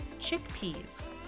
chickpeas